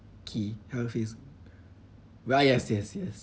key health is wealth yes yes yes